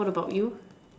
what about you